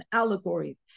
allegories